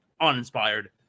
uninspired